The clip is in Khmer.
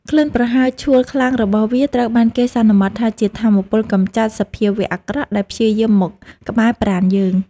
ក្លិនប្រហើរឆួលខ្លាំងរបស់វាត្រូវបានគេសន្មតថាជាថាមពលកម្ចាត់សភាវៈអាក្រក់ដែលព្យាយាមមកក្បែរប្រាណយើង។